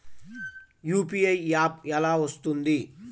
UPI app ఎలా వస్తుంది?